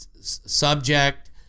subject